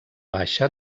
baixa